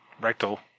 Rectal